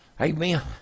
Amen